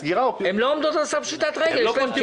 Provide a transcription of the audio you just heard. הן לא עומדות על סף פשיטת רגל.